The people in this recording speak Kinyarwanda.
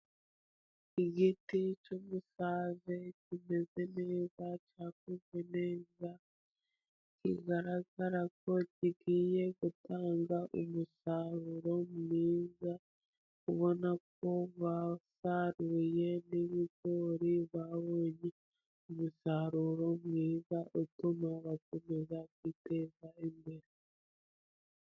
igiti cy'umusave kimeze neza, cyakuze neza, kigaragara ko kigiye gutanga umusaruro mwiza, ubona ko basaruyemo ibigori babonye umusaruro mwiza, utuma bakomeza kwiteza imbere.